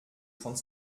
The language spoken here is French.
trente